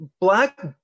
black